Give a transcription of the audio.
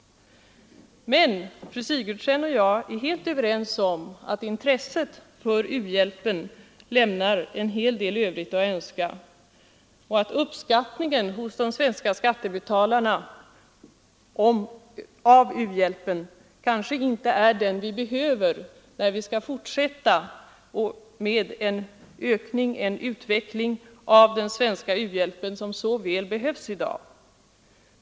Men fru Sigurdsen och jag är helt överens om att intresset för u-hjälpen lämnar en hel del övrigt att önska och att uppskattningen av u-hjälpen hos de svenska skattebetalarna kanske inte är den vi behöver när vi skall fortsätta med den utveckling av den svenska u-hjälpen som så väl behövs i dag.